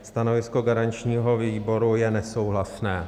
Stanovisko garančního výboru je nesouhlasné.